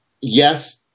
yes